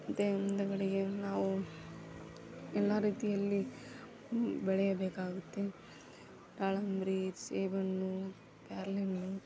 ಮತ್ತು ಮುಂದುಗಡೆಗೆ ನಾವು ಎಲ್ಲ ರೀತಿಯಲ್ಲಿ ಬೆಳೆಯಬೇಕಾಗುತ್ತೆ ದಾಳಿಂಬೆ ಸೀಬೆಹಣ್ಣು ಪೇರಳೆಹಣ್ಣು